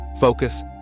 focus